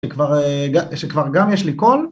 שכבר גם יש לי קול.